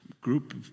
group